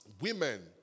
women